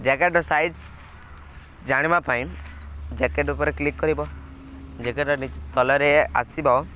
ଜ୍ୟାକେଟ୍ର ସାଇଜ୍ ଜାଣିବା ପାଇଁ ଜ୍ୟାକେଟ୍ ଉପରେ କ୍ଲିକ୍ କରିବ ଜ୍ୟାକେଟ୍ ତଳରେ ଆସିବ